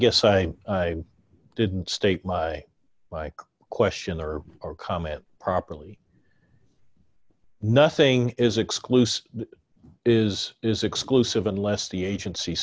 guess i didn't state my question or or comment properly nothing is exclusive is this exclusive unless the agency